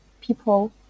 people